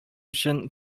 өчен